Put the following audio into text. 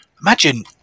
imagine